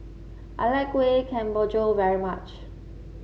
I like Kueh Kemboja very much